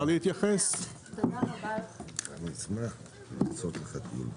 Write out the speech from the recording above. הישיבה ננעלה בשעה 10:04.